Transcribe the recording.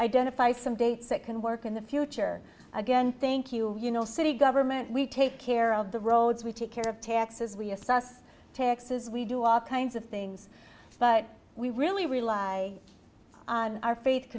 identify some dates that can work in the future again thank you you know city government we take care of the roads we take care of taxes we assess taxes we do all kinds of things but we really rely on our f